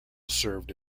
served